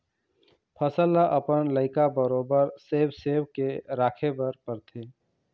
फसल ल अपन लइका बरोबर सेव सेव के राखे बर परथे